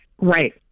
right